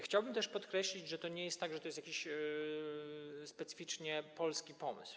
Chciałbym też podkreślić, że to nie jest tak, że to jest jakiś specyficznie polski pomysł.